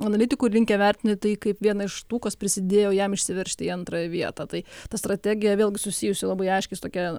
analitikų linkę vertinti tai kaip vieną iš tų kas prisidėjo jam išsiveržti į antrąją vietą tai ta strategija vėlgi susijusi labai aiškiai su tokia